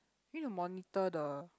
we need to monitor the